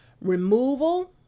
removal